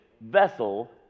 vessel